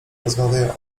rozmawiają